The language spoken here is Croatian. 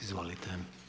Izvolite.